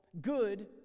good